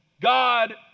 God